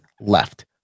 left